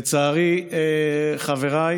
לצערי, חבריי